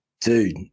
dude